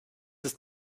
ist